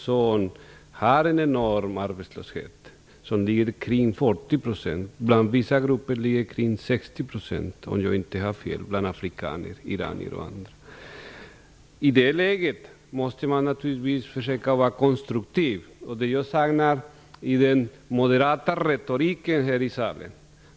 Det råder en enorm arbetslöshet bland invandrare, omkring 40 %. I vissa grupper är det 60 %- om jag inte har fel -, bland afrikaner, iranier och andra. I det här läget måste man naturligtvis försöka vara konstruktiv. Jag saknar konstruktivitet i den moderata retoriken här i salen.